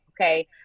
okay